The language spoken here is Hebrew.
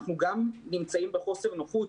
אנחנו גם נמצאים בחוסר נוחות,